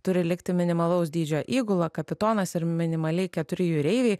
turi likti minimalaus dydžio įgula kapitonas ir minimaliai keturi jūreiviai